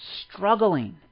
struggling